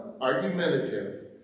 argumentative